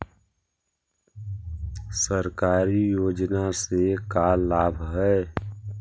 सरकारी योजना से का लाभ है?